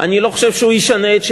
אולי יותר מתוחכמת משל הנשיא הקודם,